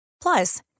Plus